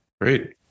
Great